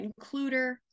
includer